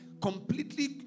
completely